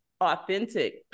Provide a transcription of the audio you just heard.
authentic